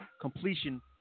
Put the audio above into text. completion